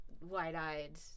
wide-eyed